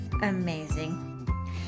amazing